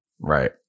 right